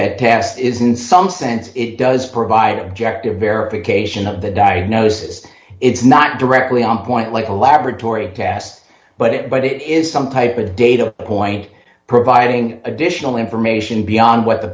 that test isn't some sense it does provide objective verification of the diagnosis it's not directly on point like a laboratory pass but it but it is some type of data point providing additional information beyond what the